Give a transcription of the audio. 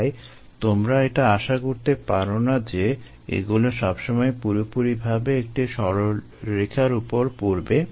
তাই তোমরা এটা আশা করতে পারো না যে এগুলো সবসময় পুরোপুরিভাবে একটি সরলরেখার উপর পড়বে